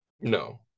No